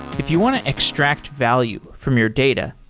if you want to extract value from your data,